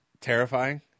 terrifying